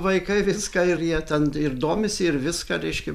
vaikai viską ir jie ten ir domisi ir viską reiškia